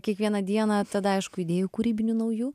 kiekvieną dieną tada aišku idėjų kūrybinių naujų